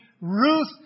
Ruth